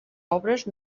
obres